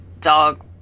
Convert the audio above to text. Dog